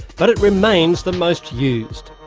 but it remains the most used.